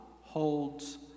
holds